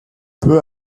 peu